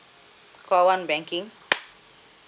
call one banking